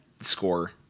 score